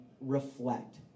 reflect